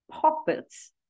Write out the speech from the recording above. puppets